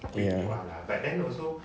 ya